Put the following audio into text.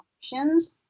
options